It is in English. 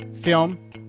film